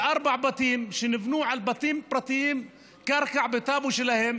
שארבעה בתים שנבנו על קרקע פרטית, קרקע שלהם,